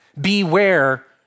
Beware